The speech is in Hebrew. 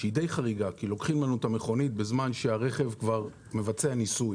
שהיא די חריגה כי לו קחים לנו את המכונית בזמן שהרכב כבר מבצע ניסוי